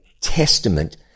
testament